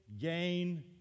gain